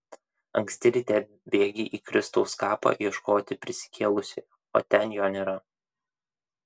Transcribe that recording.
anksti ryte bėgi į kristaus kapą ieškoti prisikėlusiojo o ten jo nėra